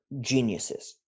geniuses